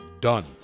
done